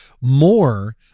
more